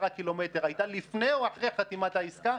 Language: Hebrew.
קילומטר הייתה לפני או אחרי חתימת העסקה,